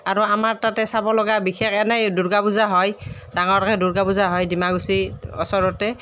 আৰু আমাৰ তাতে চাব লগা বিশেষ এনেই দুৰ্গা পূজা হয় ডাঙৰকৈ দুৰ্গা পূজা হয় ডিমাকুছীৰ ওচৰতে